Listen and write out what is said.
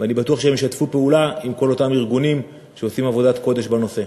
ואני בטוח שהם ישתפו פעולה עם כל אותם ארגונים שעושים עבודת קודש בנושא.